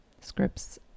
scripts